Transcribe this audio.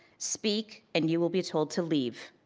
speak and you will be told to leave.